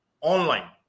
online